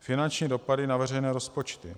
Finanční dopady na veřejné rozpočty.